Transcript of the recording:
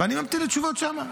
ואני ממתין לתשובות שם.